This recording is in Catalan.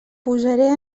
posaré